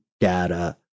data